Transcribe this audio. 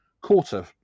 quarter